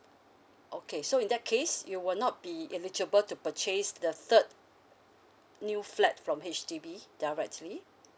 okay so in that case you will not be eligible to purchase the third new flat from H_D_B directly